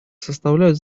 составляют